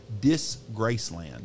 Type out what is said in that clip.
Disgraceland